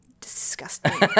Disgusting